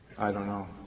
i don't know.